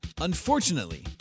Unfortunately